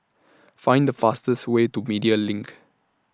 Find The fastest Way to Media LINK